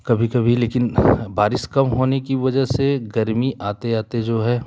कभी कभी लेकिन बारिश कम होने की वजह से गर्मी आते आते जो है